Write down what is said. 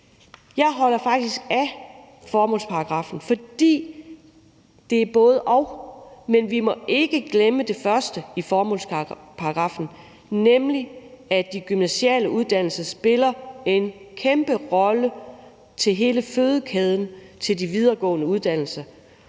Jeg holder faktisk af formålsparagraffen, fordi det er et både-og, men vi må ikke glemme det første i formålsparagraffen, nemlig at de gymnasiale uddannelser spiller en kæmpe rolle i hele fødekæden til de videregående uddannelser,